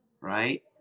right